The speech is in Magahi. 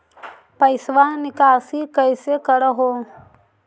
पैसवा निकासी कैसे कर हो?